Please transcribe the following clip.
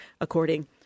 according